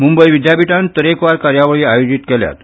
मुंबय विद्यापिठांत तरेकवार कार्यावळी आयोजीत केल्यात